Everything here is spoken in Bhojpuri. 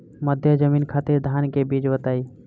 मध्य जमीन खातिर धान के बीज बताई?